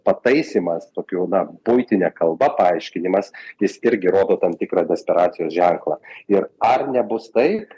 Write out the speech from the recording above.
pataisymas tokiu na buitine kalba paaiškinimas jis irgi rodo tam tikrą desperacijos ženklą ir ar nebus taip